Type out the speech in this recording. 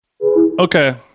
Okay